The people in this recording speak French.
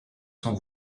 son